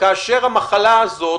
כאשר המחלה הזאת,